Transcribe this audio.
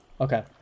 Okay